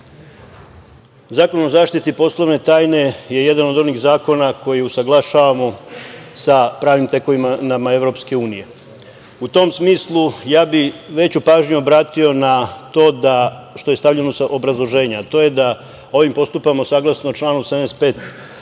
Zakon o zaštiti poslovne tajne je jedan od onih zakona koji usaglašavamo sa pravnim tekovinama EU. U tom smislu ja bi veću pažnju obratio na to da što je stavljeno u obrazloženju, a to je da ovim postupamo saglasno članu 75.